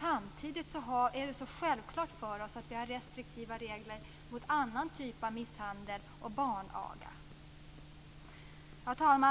Samtidigt är det så självklart för oss att vi har restriktiva regler mot annan typ av misshandel och barnaga. Fru talman!